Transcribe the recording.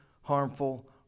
harmful